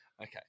Okay